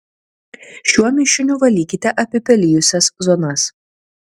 šiuo mišiniu valykite apipelijusias zonas